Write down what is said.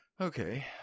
Okay